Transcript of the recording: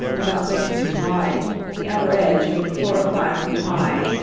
about six inches wide, at the outer edge, and four or five feet high.